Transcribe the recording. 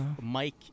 Mike